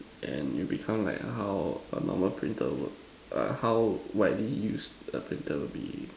and it become like how a normal printer work uh how widely use a printer will be